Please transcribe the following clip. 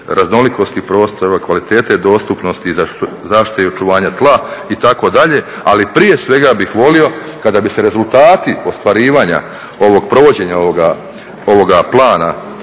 raznolikosti prostora, kvalitete dostupnosti, zaštite i očuvanja tla itd. Ali prije svega bih volio kada bi se rezultati ostvarivanja ovog provođenja ovoga